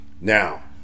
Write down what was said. now